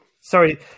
sorry